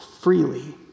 freely